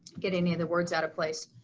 get any of the words out of place.